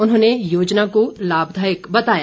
उन्होंने योजना को लाभदायक बताया